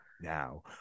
now